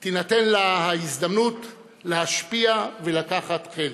תינתן ההזדמנות להשפיע ולקחת חלק,